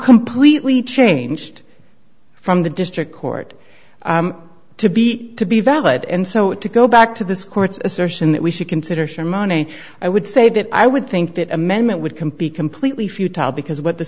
completely changed from the district court to be to be valid and so it to go back to this court's assertion that we should consider sure money i would say that i would think that amendment would compete completely futile because what the